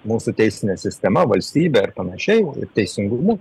mūsų teisine sistema valstybe ar panašiai teisingumu